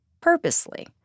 purposely